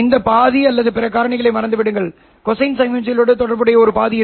இந்த பாதி அல்லது பிற காரணிகளை மறந்துவிடுங்கள் கொசைன் சமிக்ஞைகளுடன் தொடர்புடைய ஒரு பாதி இருக்கும்